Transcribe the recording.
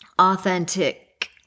authentic